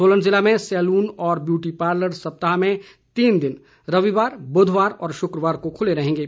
सोलन जिले में सैलून और ब्यूटी पार्लर सप्ताह में तीन दिन रविवार बुधवार और शुक्रवार को खुले रहेंगे